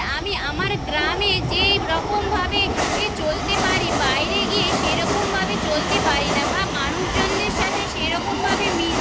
আমি আমার গ্রামে যেরকমভাবে এ চলতে পারি বাইরে গিয়ে সেরকমভাবে চলতে পারি না বা মানুষজনদের সাথে সেরকমভাবে মি